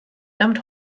damit